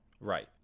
Right